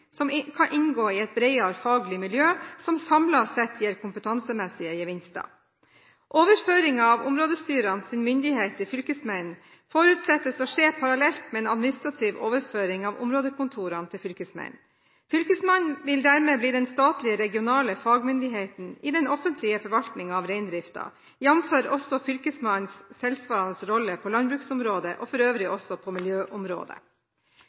som kan inngå i et bredere faglig miljø, og som samlet sett gir kompetansemessige gevinster. Overføringen av områdestyrets myndighet til fylkesmennene forutsettes å skje parallelt med en administrativ overføring av områdekontorene til fylkesmennene. Fylkesmannen vil dermed bli den statlige, regionale fagmyndigheten i den offentlige forvaltningen av reindriften, jf. også Fylkesmannens tilsvarende rolle på landbruksområdet og for øvrig også på miljøområdet.